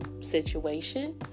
situation